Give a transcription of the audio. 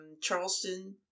Charleston